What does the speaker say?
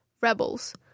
rebels